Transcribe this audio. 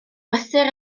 brysur